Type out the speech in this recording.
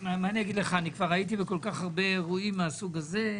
כבר הייתי בכל כך הרבה אירועים מהסוג הזה,